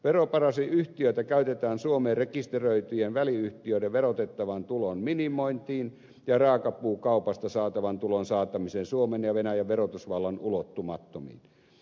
veroparatiisiyhtiöitä käytetään suomeen rekisteröityjen väliyhtiöiden verotettavan tulon minimointiin ja raakapuukaupasta saatavan tulon saattamiseen suomen ja venäjän verotusvallan ulottumattomiin